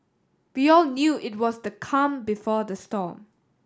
we all knew it was the calm before the storm